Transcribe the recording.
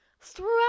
throughout